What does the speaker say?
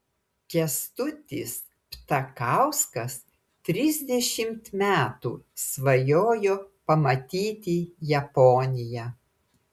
kęstutis ptakauskas trisdešimt metų svajojo pamatyti japoniją